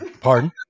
Pardon